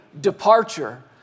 departure